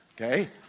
Okay